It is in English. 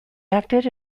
acted